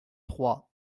trois